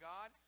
God